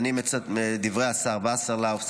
אני מצטט את דברי השר וסרלאוף,